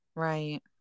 right